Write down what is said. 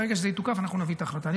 ברגע שזה יתוקף, אנחנו נביא את ההחלטה.